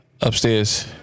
Upstairs